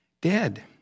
dead